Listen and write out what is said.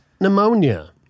pneumonia